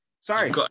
Sorry